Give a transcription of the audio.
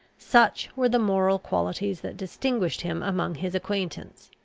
such were the moral qualities that distinguished him among his acquaintance.